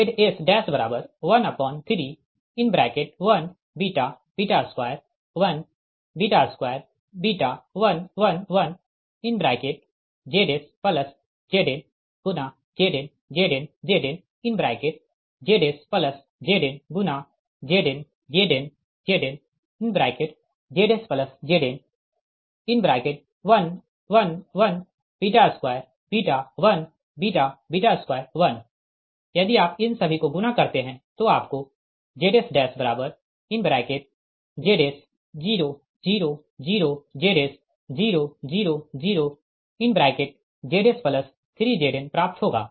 Zs131 2 1 2 1 1 1 ZsZn Zn Zn Zn ZsZn Zn Zn Zn ZsZn 1 1 1 2 1 2 1 यदि आप इन सभी को गुणा करते है तो आपको ZsZs 0 0 0 Zs 0 0 0 Zs3Zn प्राप्त होगा